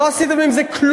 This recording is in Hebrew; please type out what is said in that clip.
לא עשיתם עם זה כלום.